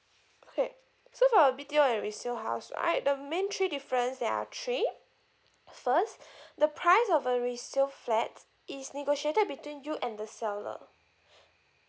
okay so for a B_T_O and resale house right the main three difference there are three first the price of a resale flat is negotiated between you and the seller